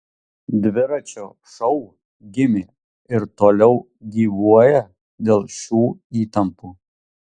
dviračio šou gimė ir toliau gyvuoja dėl šių įtampų